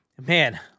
Man